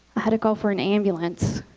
i had to call for an ambulance.